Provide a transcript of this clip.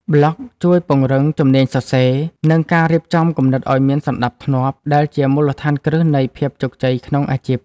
ប្លក់ជួយពង្រឹងជំនាញសរសេរ និងការរៀបចំគំនិតឱ្យមានសណ្ដាប់ធ្នាប់ ដែលជាមូលដ្ឋានគ្រឹះនៃភាពជោគជ័យក្នុងអាជីព។